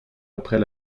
après